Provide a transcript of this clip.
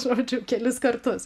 žodžiu kelis kartus